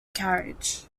carriage